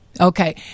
Okay